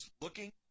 looking